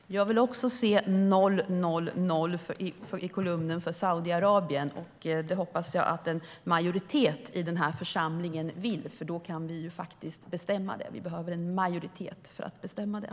Herr talman! Jag vill också se noll, noll, noll i kolumnen för Saudiarabien. Det hoppas jag att en majoritet i den här församlingen vill, för då kan vi bestämma det. Vi behöver en majoritet för att bestämma det.